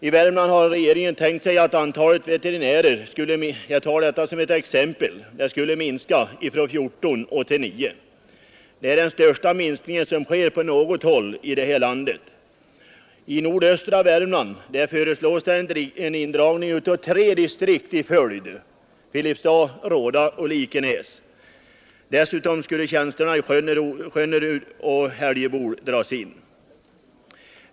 Jag kan ta Värmland som ett exempel, där regeringen har tänkt sig att antalet veterinärer skulle minska från 14 till 9. Det är den största minskningen som sker på något håll i landet. I nordöstra Värmland föreslås en indragning av 3 distrikt i följd, nämligen Filipstad, Råda och Likenäs. Dessutom skulle tjänsterna i Skönnerud och Häljebol dras in.